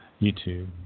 YouTube